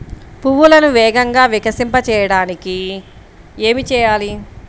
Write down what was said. పువ్వులను వేగంగా వికసింపచేయటానికి ఏమి చేయాలి?